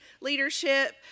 leadership